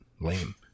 Lame